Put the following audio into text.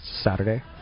Saturday